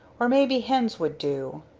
or maybe hens would do.